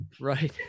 Right